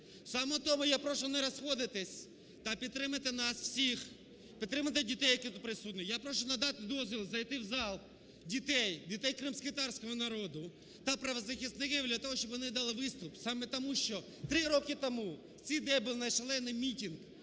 саме тому я прошу не розходитися та підтримати нас всіх, підтримати дітей, які тут присутні. Я прошу надати дозвіл зайти в зал дітей, дітей кримськотатарського народу та правозахисників для того, щоб вони дали виступ саме тому, що три роки тому в цей день був найшалений мітинг,